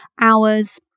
hours